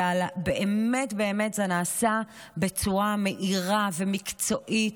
זה באמת באמת נעשה בצורה מהירה ומקצועית